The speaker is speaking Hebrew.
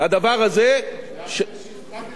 זה אחרי שהפחתת את התחזית בינואר.